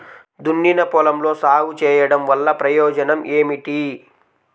దున్నిన పొలంలో సాగు చేయడం వల్ల ప్రయోజనం ఏమిటి?